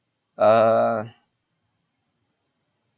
err